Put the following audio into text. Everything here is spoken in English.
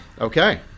Okay